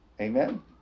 amen